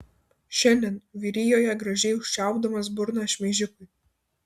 šiandien vyrijoje gražiai užčiaupdamas burną šmeižikui